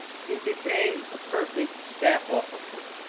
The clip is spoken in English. he became the perfect staff officer.